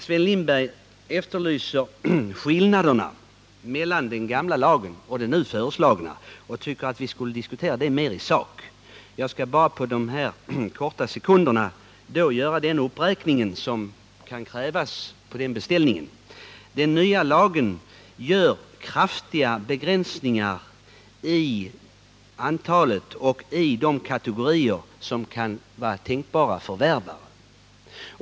Sven Lindberg efterlyser skillnaderna mellan den gamla lagen och den nu föreslagna och tycker att vi skulle diskutera dem mer i sak. Jag skall bara på de här få sekunderna göra den uppräkning som kan krävas efter den beställningen. Den nya lagen gör kraftiga begränsningar i antal och kategorier när det gäller dem som kan vara tänkbara förvärvare.